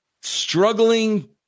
struggling